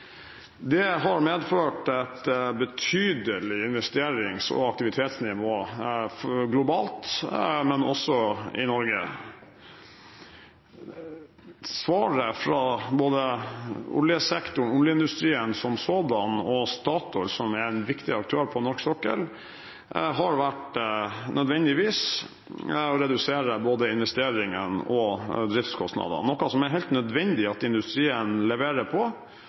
Det har medført et betydelig investerings- og aktivitetsnivå globalt, men også i Norge. Svaret fra både oljesektoren, oljeindustrien som sådan og Statoil, som er en viktig aktør på norsk sokkel, har nødvendigvis vært å redusere både investeringene og driftskostnadene, noe som det er helt nødvendig at industrien leverer på.